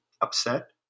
upset